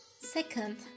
Second